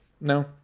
no